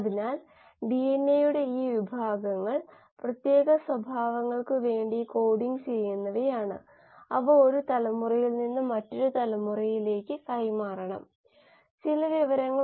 ഉയർന്ന താപനില രാസവസ്തുക്കൾ വികിരണം എന്നിവയാണ് ശുദ്ധമായ അവസ്ഥ നേടുന്നതിനുള്ള മാർഗ്ഗങ്ങൾ